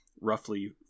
roughly